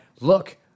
look